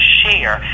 share